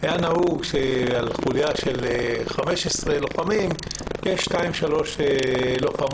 היה נהוג שעל חוליה של 15 לוחמים יש שתיים או שלוש לוחמות,